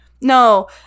No